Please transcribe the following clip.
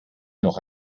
noch